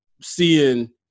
seeing